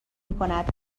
میکند